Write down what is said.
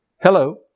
hello